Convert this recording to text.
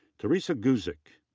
therese guzik.